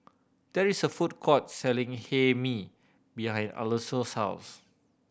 there is a food court selling Hae Mee behind Alonso's house